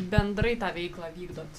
bendrai tą veiklą vykdot